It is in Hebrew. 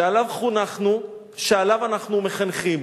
שעליו חונכנו, שעליו אנחנו מחנכים.